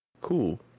cool